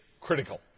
critical